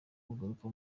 kugaruka